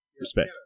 Respect